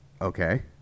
Okay